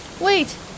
wait